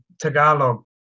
Tagalog